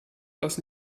was